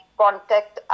contact